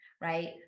right